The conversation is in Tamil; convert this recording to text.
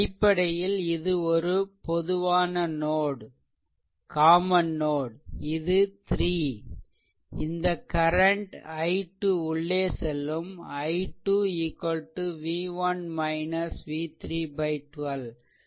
அடிப்படையில் இது பொதுவான நோட் இது 3 இந்த கரன்ட் i 2 உள்ளே செல்லும் i 2 v1 v3 12